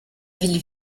ville